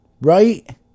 right